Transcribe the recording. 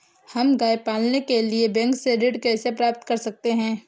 हम गाय पालने के लिए बैंक से ऋण कैसे प्राप्त कर सकते हैं?